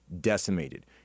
decimated